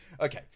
Okay